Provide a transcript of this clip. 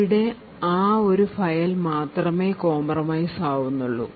ഇവിടെ ആ ഒരു ഫയൽ മാത്രമെ compromise ആവുന്നുള്ളു